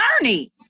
journey